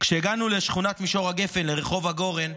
כשהגענו לשכונת מישור הגפן, לרחוב הגורן,